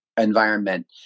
environment